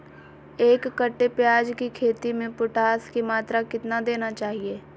एक कट्टे प्याज की खेती में पोटास की मात्रा कितना देना चाहिए?